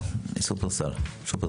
שופרסל?